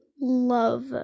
love